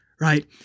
Right